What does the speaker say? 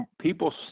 People